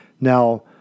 Now